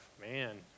man